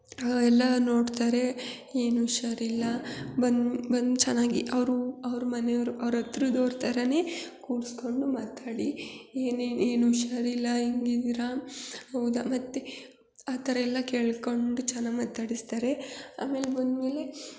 ಎಲ್ಲ ನೋಡ್ತಾರೆ ಏನು ಹುಷಾರಿಲ್ಲ ಬನ್ ಬಂದು ಚೆನ್ನಾಗಿ ಅವರು ಅವ್ರ ಮನೆಯವರು ಅವ್ರ ಹತ್ರದವ್ರ್ ಥರವೇ ಕೂರಿಸ್ಕೊಂಡು ಮಾತಾಡಿ ಏನೇನು ಏನು ಹುಷಾರಿಲ್ಲ ಹೆಂಗಿದಿರಾ ಹೌದಾ ಮತ್ತೆ ಆ ಥರ ಎಲ್ಲ ಕೇಳಿಕೊಂಡು ಚೆನ್ನಾಗಿ ಮಾತಾಡಿಸ್ತಾರೆ ಆಮೇಲೆ ಬಂದಮೇಲೆ